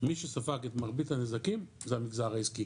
מי שספג את מרבית הנזקים זה המגזר העסקי.